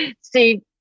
See